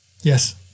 Yes